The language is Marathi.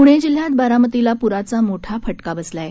पुणे जिल्ह्यात बारामतीला पुराचा मोठा फटका बसला आहे